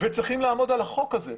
וצריכים לעמוד על החוק הזה.